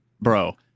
bro